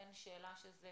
אין שאלה שזה